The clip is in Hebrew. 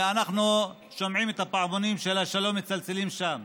ואנחנו שומעים את הפעמונים של השלום מצלצלים שם.